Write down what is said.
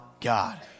God